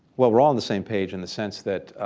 well, we're all in the same page in the sense that